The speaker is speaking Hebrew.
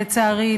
לצערי,